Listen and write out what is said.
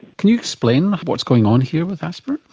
can you explain what's going on here with aspirin?